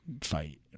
fight